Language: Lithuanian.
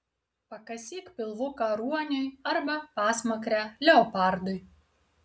pakasyk pilvuką ruoniui arba pasmakrę leopardui